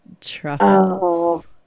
truffles